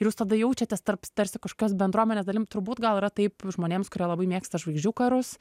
ir jūs tada jaučiatės tarp tarsi kažkokios bendruomenės dalim turbūt gal yra taip žmonėms kurie labai mėgsta žvaigždžių karus